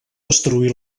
destruí